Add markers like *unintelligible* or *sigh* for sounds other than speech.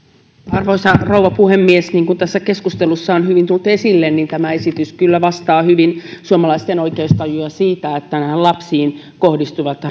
arvoisa rouva puhemies niin kuin tässä keskustelussa on hyvin tullut esille tämä esitys kyllä vastaa hyvin suomalaisten oikeustajua siitä että lapsiin kohdistuvat *unintelligible*